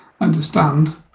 understand